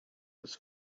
was